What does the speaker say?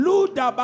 Luda